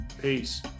Peace